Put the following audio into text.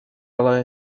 ela